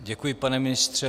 Děkuji, pane ministře.